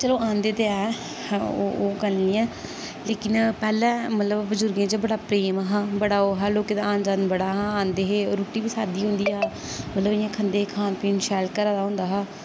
चलो आंदे ते एह् ओह् ओह गल्ल नेईं ऐ लेकिन पैह्ले मतलब बजूर्गैं च बडा प्रेम हा बड़ा ओह् हा लोकें दा आन जान बड़ा हा आंदे हे रुट्टी बी सादी होंदी ही मतलब इ'यां खंदे हे खान पीन शैल घरा दा होंदा हा